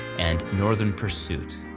and northern pursuit.